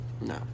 No